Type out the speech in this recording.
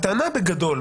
הטענה בגדול,